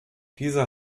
diese